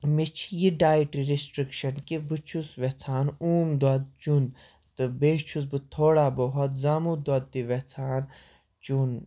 مےٚ چھِ یہِ ڈایٹ ریٚسٹِرٛکشَن کہِ بہٕ چھُس ویٚژھان اوم دۄدھ چیٚون تہٕ بیٚیہِ چھُس بہٕ تھوڑا بہت زامُت دۄدھ تہِ ویٚژھان چیٚون